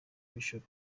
bishop